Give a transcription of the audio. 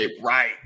Right